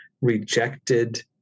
rejected